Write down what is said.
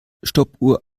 stoppuhr